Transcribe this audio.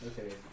Okay